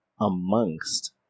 amongst